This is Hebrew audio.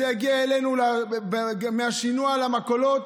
זה יגיע אלינו בשינוע, למכולות,